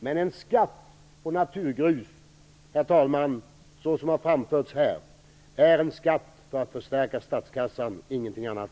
Men en skatt på naturgrus, herr talman, såsom det har framställts här, är en skatt för att förstärka statskassan, ingenting annat.